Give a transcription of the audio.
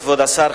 כבוד השר,